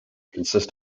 consist